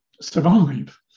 survive